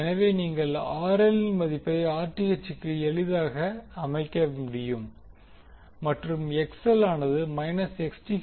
எனவே நீங்கள் RL ன் மதிப்பை Rth க்கு எளிதாக அமைக்க முடியும் மற்றும் XL ஆனது மைனஸ் Xth